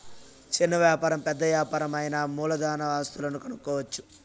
చిన్న వ్యాపారం పెద్ద యాపారం అయినా మూలధన ఆస్తులను కనుక్కోవచ్చు